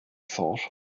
thought